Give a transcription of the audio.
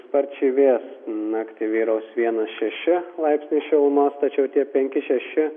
sparčiai vės naktį vyraus vienas šeši laipsniai šilumos tačiau tie penki šeši